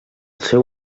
seu